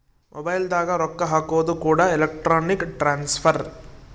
mobile ದಾಗ ರೊಕ್ಕ ಹಾಕೋದು ಕೂಡ ಎಲೆಕ್ಟ್ರಾನಿಕ್ ಟ್ರಾನ್ಸ್ಫರ್